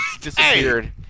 disappeared